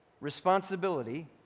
responsibility